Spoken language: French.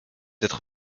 être